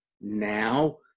now